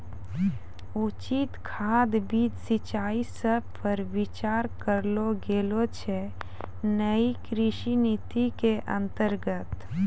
उचित खाद, बीज, सिंचाई सब पर विचार करलो गेलो छै नयी कृषि नीति के अन्तर्गत